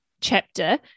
chapter